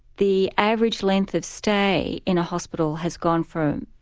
the average length of stay in a hospital has gone from,